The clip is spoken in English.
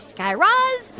guy raz,